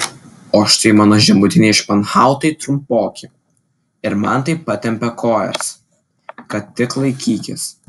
o štai mano žemutiniai španhautai trumpoki ir man taip patempė kojas kad tik laikykis